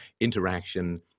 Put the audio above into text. interaction